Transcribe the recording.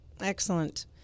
Excellent